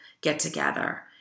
get-together